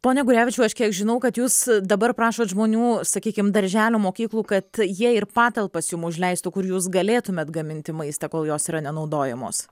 pone gurevičiau aš kiek žinau kad jūs dabar prašot žmonių sakykim darželių mokyklų kad jie ir patalpas jum užleistų kur jūs galėtumėt gaminti maistą kol jos yra nenaudojamos